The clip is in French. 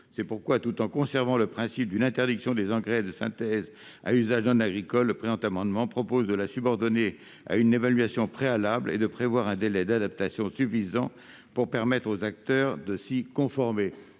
C'est pourquoi, tout en conservant le principe d'une interdiction des engrais de synthèse à usage non agricole, le présent amendement vise à subordonner celle-ci à une évaluation préalable et à prévoir un délai d'adaptation suffisant pour permettre aux acteurs de s'y conformer.